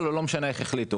המנכ"ל.